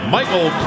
Michael